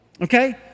Okay